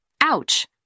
Ouch